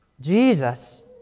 Jesus